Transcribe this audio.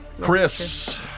Chris